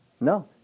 No